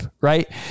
right